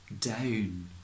down